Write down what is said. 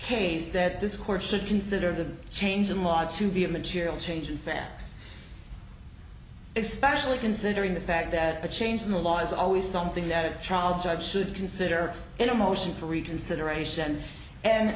case that this court should consider the change in law to be a material change in fact it specially considering the fact that a change in the law is always something that a child judge should consider in a motion for reconsideration and